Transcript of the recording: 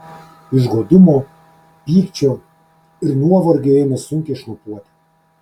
iš godumo pykčio ir nuovargio ėmė sunkiai šnopuoti